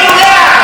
אתם אומרים: לעג,